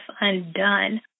undone